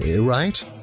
right